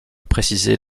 préciser